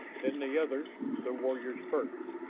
then the others, the warriors first,